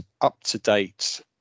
up-to-date